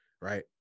right